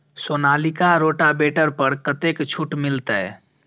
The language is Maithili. सोनालिका रोटावेटर पर कतेक छूट मिलते?